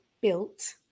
built